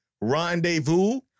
rendezvous